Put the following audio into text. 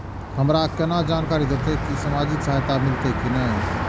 हमरा केना जानकारी देते की सामाजिक सहायता मिलते की ने?